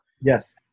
Yes